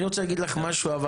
אני רוצה להגיד לך משהו אבל,